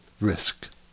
risk